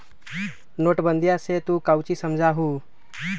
नोटबंदीया से तू काउची समझा हुँ?